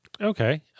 Okay